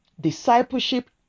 discipleship